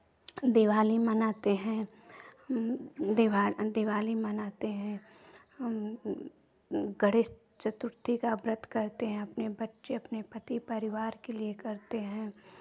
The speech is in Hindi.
दिवाली मनाते हैं दिवाली मनाते हैं गणेश चतुर्थी का व्रत करते हैं अपने बच्चे अपने पति परिवार के लिये करते हैं